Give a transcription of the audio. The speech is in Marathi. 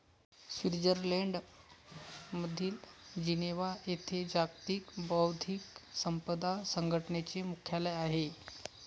स्वित्झर्लंडमधील जिनेव्हा येथे जागतिक बौद्धिक संपदा संघटनेचे मुख्यालय आहे